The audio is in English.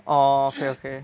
orh okay okay